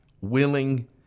willing